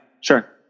sure